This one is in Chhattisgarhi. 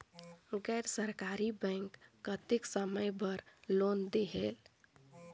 गैर सरकारी बैंक कतेक समय बर लोन देहेल?